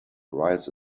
rice